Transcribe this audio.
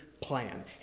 plan